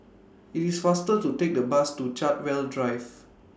IT IS faster to Take The Bus to Chartwell Drive